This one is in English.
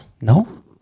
no